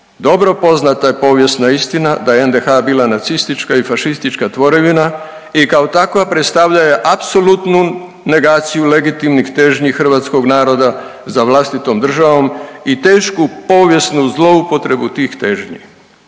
dobro je poznata povijesna istina da je NDH bila nacistička i fašistička tvorevina i kao takva predstavljala je apsolutnu negaciju legitimnih težnji hrvatskog naroda za vlastitom državom i tešku povijesnu zloupotrebu tih težnji,